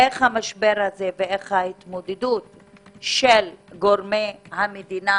איך המשבר הזה ואיך התמודדות של גורמי המדינה,